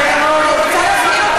אנחנו,